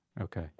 Okay